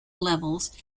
levels